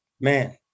Man